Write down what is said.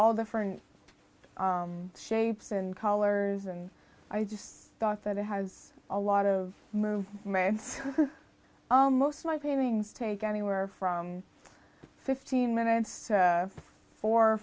all different shapes and colors and i just thought that it has a lot of movement and most my paintings take anywhere from fifteen minutes to four